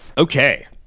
Okay